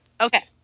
Okay